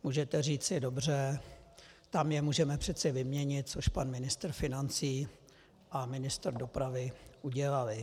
Můžete říct, dobře, tam je můžeme přece vyměnit, což pan ministr financí a ministr dopravy udělali.